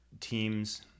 teams